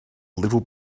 little